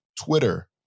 Twitter